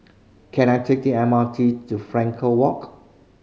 can I take M R T to Frankel Walk